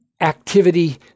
activity